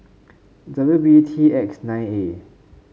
W B T X nine A